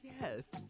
Yes